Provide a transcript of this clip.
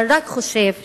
אבל רק חושב,